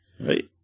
Right